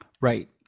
Right